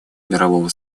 мирового